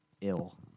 Ill